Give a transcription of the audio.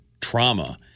trauma